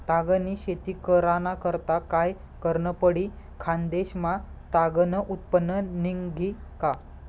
ताग नी शेती कराना करता काय करनं पडी? खान्देश मा ताग नं उत्पन्न निंघी का